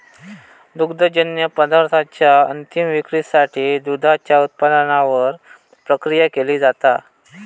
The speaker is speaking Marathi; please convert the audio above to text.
दुग्धजन्य पदार्थांच्या अंतीम विक्रीसाठी दुधाच्या उत्पादनावर प्रक्रिया केली जाता